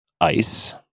ice